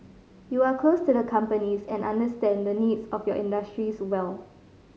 you are close to the companies and understand the needs of your industries well